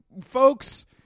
folks